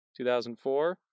2004